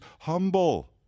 humble